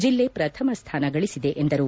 ಜಿಲ್ಲೆ ಪ್ರಥಮ ಸ್ಥಾನ ಗಳಿಸಿದೆ ಎಂದರು